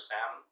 Sam